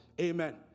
Amen